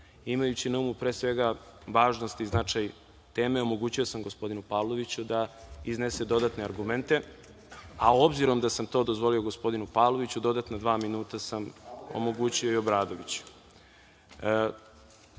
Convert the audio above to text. Imajući na umu pre svega važnost i značaj teme, omogućio sam gospodinu Pavloviću da iznese određene argumente, a obzirom da sam to dozvolio gospodinu Pavloviću, dodatna dva minuta sam omogućio i Obradoviću.(Marijan